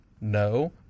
No